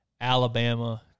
Alabama